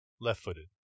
Left-footed